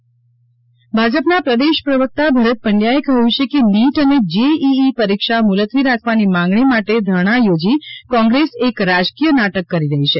ભાજપ ભરત પંડયા ભાજપના પ્રદેશ પ્રવકતા ભારત પંડ્યા એ કહ્યું છે કે નીટ અને જેઈઈ પરીક્ષા મુલતવી રાખવાની માંગણી માટે ધારણા યોજી કોંગ્રેસ એક રાજકીય નાટક કરી રહી છે